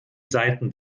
seiten